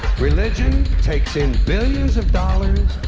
religion takes in billions of dollars,